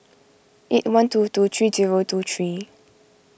eight one two two three two O two three